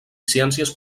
ciències